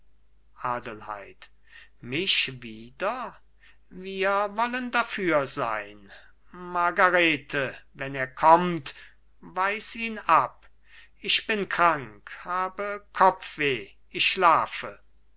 adelheid mich wieder wir wollen dafür sein margarete wenn er kommt weis ihn ab ich bin krank habe kopfweh ich schlafe